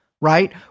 right